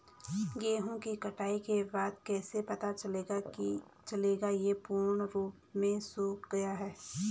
गेहूँ की कटाई के बाद कैसे पता चलेगा ये पूर्ण रूप से सूख गए हैं?